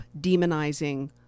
demonizing